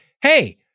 hey